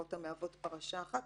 מעבירות המהוות פרשה אחת,